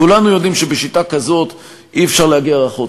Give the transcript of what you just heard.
כולנו יודעים שבשיטה כזאת אי-אפשר להגיע רחוק.